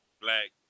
black